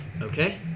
Okay